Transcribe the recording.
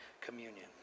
communion